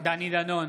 דני דנון,